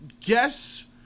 guess